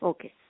Okay